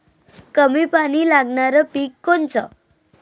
कमी पानी लागनारं पिक कोनचं?